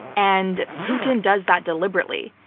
and putin does that deliberately.